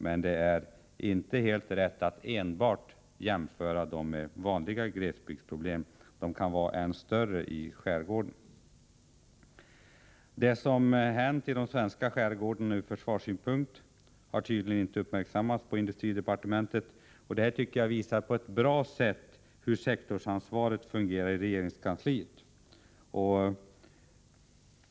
Men det är ändå inte helt rätt att enbart göra jämförelser med vanliga glesbygdsproblem. Problemen kan vara ännu större i skärgården än i annan glesbygd. Det som hänt i den svenska skärgården ur försvarssynpunkt har tydligen inte uppmärksammats på industridepartementet. Det hela visar på ett bra sätt, tycker jag, hur sektorsansvaret fungerar i regeringskansliet.